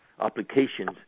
applications